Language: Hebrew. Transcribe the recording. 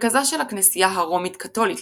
מרכזה של הכנסייה הרומית-קתולית,